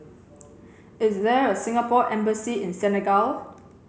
is there a Singapore embassy in Senegal